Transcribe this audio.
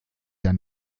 der